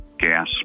gas